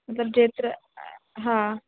अगरि जेतिरा हा